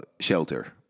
shelter